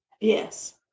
Yes